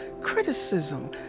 criticism